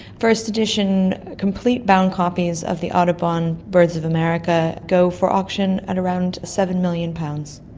first edition, complete bound copies of the audubon's birds of america go for auction at around seven million pounds.